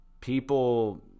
people